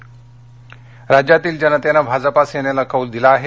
शरद पवार राज्यातील जनतेनं भाजपा सेनेला कौल दिला आहे